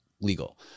legal